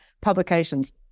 publications